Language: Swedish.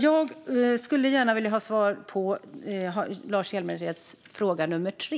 Jag vill därför gärna få svar på Lars Hjälmereds fråga nummer 3.